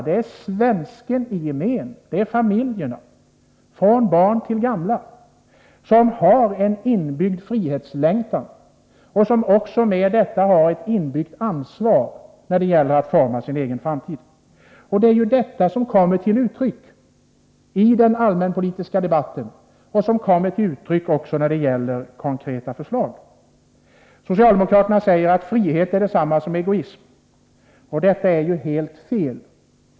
Hos svensken i gemen, i familjerna, från barnen till de gamla, finns en inbyggd frihetslängtan och därmed även ett Nr 68 inneboende ansvar när det gäller att forma den egna framtiden. Det är ju ; R SN Måndagen den detta som kommer till uttryck i den allmänpolitiska debatten och när det 30 januari 1984 gäller de konkreta förslagen. Socialdemokraterna säger att frihet är detsamma som egoism. Det är ju Om statsbidragen helt fel.